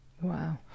wow